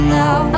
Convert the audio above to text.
now